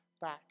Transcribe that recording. back